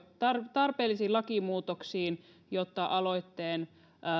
tarpeellisiin lakimuutoksiin jotta aloitteen